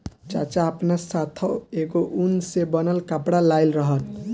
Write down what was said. चाचा आपना साथै एगो उन से बनल कपड़ा लाइल रहन